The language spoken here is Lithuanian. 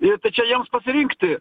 ir tai čia jiems pasirinkti